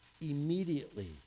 Immediately